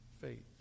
faith